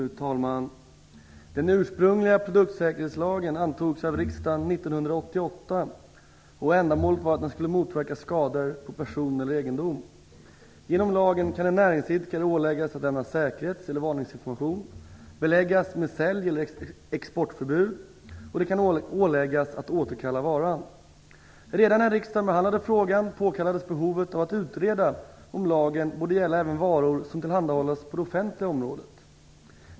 Fru talman! Den ursprungliga produktsäkerhetslagen antogs av riksdagen 1988. Ändamålet var att den skulle motverka skador på person eller egendom. Genom lagen kan en näringsidkare åläggas att lämna säkerhets eller varningsinformation, beläggas med sälj eller exportförbud och åläggas att återkalla varan. Redan när riksdagen behandlade frågan påkallades behovet av att utreda om lagen borde gälla även varor som tillhandahålls på det offentliga området.